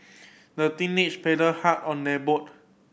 the teenager paddled hard on their boat